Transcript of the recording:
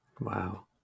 Wow